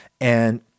And-